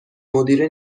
مدیره